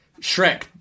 Shrek